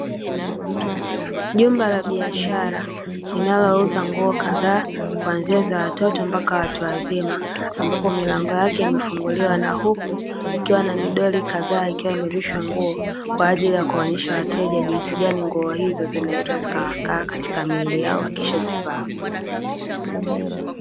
Jumba la biashara linalouza nguo kadhaa kuanzia za watoto mpaka watu wazima ambapo milango yake imefunguliwa, na huku ikiwa na midoli kadhaa ikiwa imevishwa nguo, kwa ajili ya kuonyesha wateja jinsi gani nguo hizo zinaweza zikawakaa katika miili yao wakishazivaa.